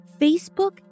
Facebook